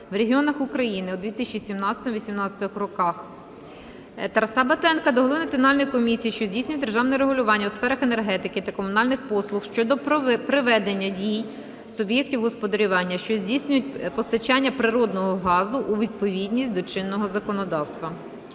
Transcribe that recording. в регіонах України" у 2017-2018 роках. Тараса Батенка до голови Національної комісії, що здійснює державне регулювання у сферах енергетики та комунальних послуг щодо приведення дій суб'єктів господарювання, що здійснюють постачання природного газу у відповідність до чинного законодавства.